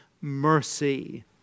mercy